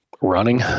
Running